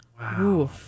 Wow